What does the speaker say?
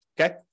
Okay